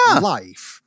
life